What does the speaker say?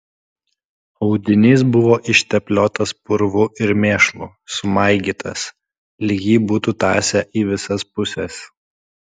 audinys buvo ištepliotas purvu ir mėšlu sumaigytas lyg jį būtų tąsę į visas puses